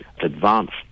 advanced